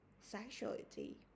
sexuality